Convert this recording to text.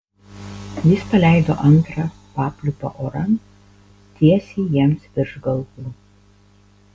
jis paleido antrą papliūpą oran tiesiai jiems virš galvų